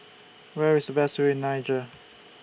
Where IS The Best View in Niger